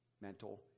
mental